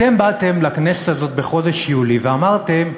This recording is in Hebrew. אתם באתם לכנסת הזאת בחודש יולי ואמרתם: